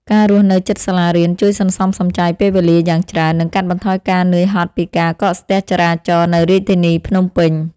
ការរស់នៅជិតសាលារៀនជួយសន្សំសំចៃពេលវេលាយ៉ាងច្រើន និងកាត់បន្ថយការនឿយហត់ពីការកកស្ទះចរាចរណ៍នៅរាជធានីភ្នំពេញ។